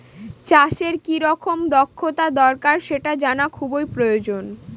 চাষের কি রকম দক্ষতা দরকার সেটা জানা খুবই প্রয়োজন